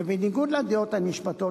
ובניגוד לדעות הנשמעות,